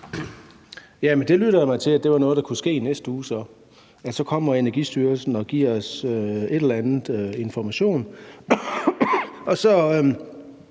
Det lytter jeg mig til var noget, der kunne ske i næste uge, at så kommer Energistyrelsen og giver os en eller anden information,